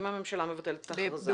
אם הממשלה מבטלת את ההכרזה.